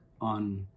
on